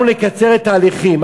אנחנו נקצר תהליכים.